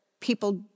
people